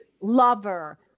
lover